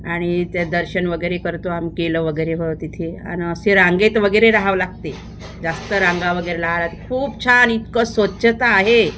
आणि ते दर्शन वगैरे करतो आम केलं वगैरे व तिथे आणि असे रांगेत वगैरे राहावं लागते जास्त रांगा वगैरे लाग खूप छान इतकं स्वच्छता आहे